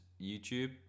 YouTube